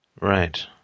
Right